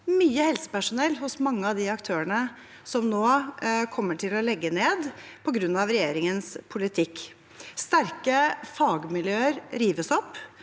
mye helsepersonell hos mange av de aktørene som nå kommer til å legge ned på grunn av regjeringens politikk. Sterke fagmiljøer rives opp,